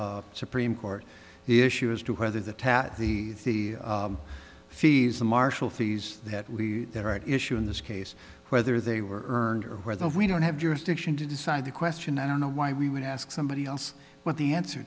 e supreme court the issue as to whether the tat the fees the marshal fees that we that are at issue in this case whether they were earned or whether we don't have jurisdiction to decide the question i don't know why we would ask somebody else but the answer